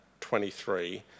23